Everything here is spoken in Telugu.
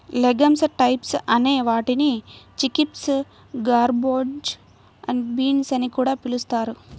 లెగమ్స్ టైప్స్ అనే వాటిని చిక్పీస్, గార్బన్జో బీన్స్ అని కూడా పిలుస్తారు